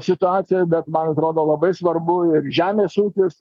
situacijoj bet man atrodo labai svarbu ir žemės ūkis